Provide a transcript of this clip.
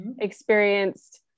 experienced